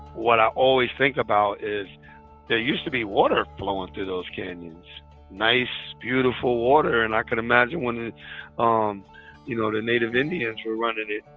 what i always think about, is there used to be water flowing through those canyons nice beautiful water, and i can imagine when and um you know the native indians were running it,